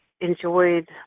enjoyed